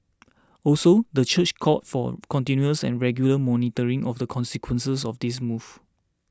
also the church called for continuous and regular monitoring of the consequences of this move